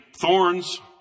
thorns